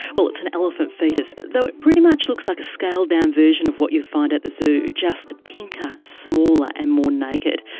well, it's an elephant foetus, though it pretty much looks like a scaled-down version of what you'd find at the zoo, just pinker, smaller and more naked,